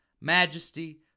majesty